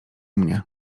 mnie